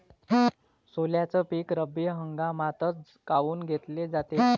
सोल्याचं पीक रब्बी हंगामातच काऊन घेतलं जाते?